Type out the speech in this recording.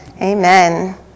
Amen